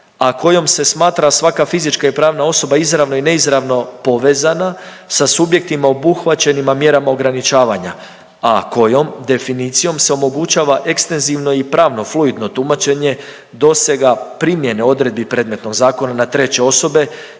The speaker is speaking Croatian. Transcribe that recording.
a kojom se smatra svaka fizička i pravna osoba izravno i neizravno povezana sa subjektima obuhvaćenima mjerama ograničavanja, a kojom definicijom se omogućava ekstenzivno i pravno fluidno tumačenje dosega primjene odredbi predmetnog zakona na treće osobe